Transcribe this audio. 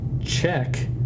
check